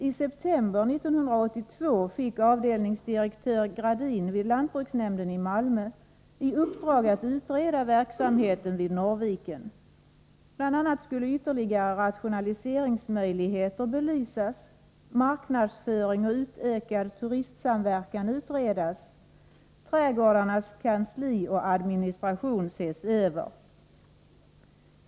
I september 1982 fick avdelningsdirektör Gradin vid lantbruksnämnden i Malmö i uppdrag att utreda verksamheten vid Norrviken. Bl.a. skulle ytterligare rationaliseringsmöjligheter belysas, marknadsföring och utökad turistsamverkan skulle utredas samt trädgårdarnas kansli och administration ses över.